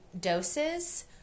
doses